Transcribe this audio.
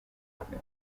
bwanjye